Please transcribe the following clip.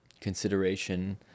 consideration